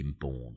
born